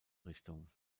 richtung